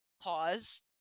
pause